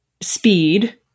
speed